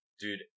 Dude